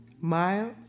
Miles